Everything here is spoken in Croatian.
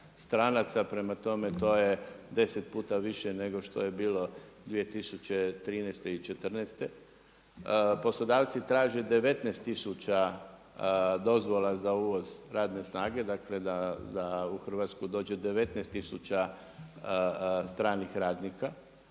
stranca, prema tome to je deset puta više nego što je bilo 2013. i 2014. Poslodavci traže 19 tisuća dozvola za uvoz radne snage, dakle da u Hrvatsku dođe 19 tisuća stranih radnika